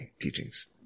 teachings